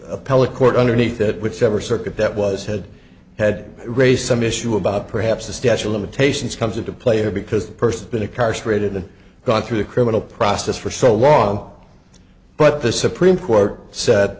appellate court underneath that whichever circuit that was had had raised some issue about perhaps the statue of limitations comes into play or because the person been a car straight in the gone through the criminal process for so long but the supreme court said